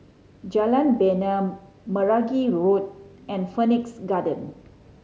Jalan Bena Meragi Road and Phoenix Garden